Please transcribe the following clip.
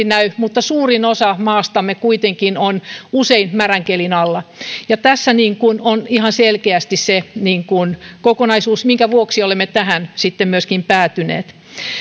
näy mutta suurin osa maastamme kuitenkin on usein märän kelin alla tässä on ihan selkeästi se kokonaisuus minkä vuoksi olemme tähän myöskin päätyneet